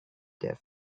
that